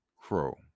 crow